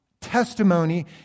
testimony